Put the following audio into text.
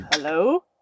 Hello